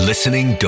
Listening